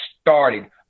started